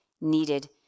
needed